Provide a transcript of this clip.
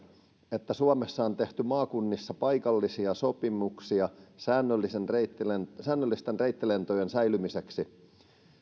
että suomessa on tehty maakunnissa paikallisia sopimuksia säännöllisten reittilentojen säännöllisten reittilentojen säilymiseksi